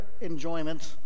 enjoyment